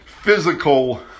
physical